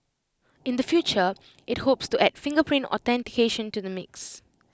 in the future IT hopes to add fingerprint authentication to the mix